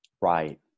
right